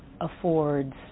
affords